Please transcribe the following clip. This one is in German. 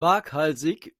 waghalsig